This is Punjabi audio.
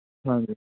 ਹਾਂਜੀ